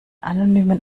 anonymen